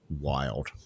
wild